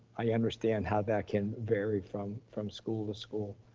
i understand how that can vary from from school to school.